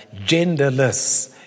genderless